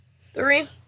Three